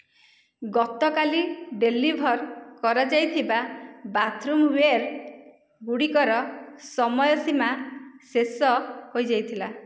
ଗତକାଲି ଡେଲିଭର୍ କରାଯାଇଥିବା bathroom ware ଗୁଡ଼ିକର ସମୟ ସୀମା ଶେଷ ହୋଇଯାଇଥିଲା